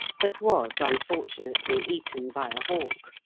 but was, unfortunately, eaten by a hawk.